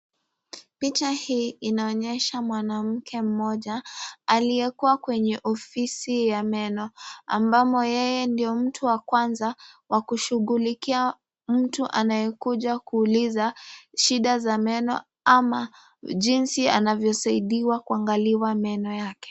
Picha hii inaonyesha mwanamke Mmoja aliyekuwa kwenye ofisi ya meno ambamo yeye ndio mtu wa kwanza wa kushughulia mtu anayekuja kuuliza shida za meno ama jinsi anavyosaidiwa kuangaliwa meno yake.